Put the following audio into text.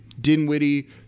Dinwiddie